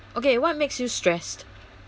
okay what makes you stressed